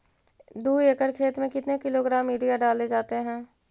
दू एकड़ खेत में कितने किलोग्राम यूरिया डाले जाते हैं?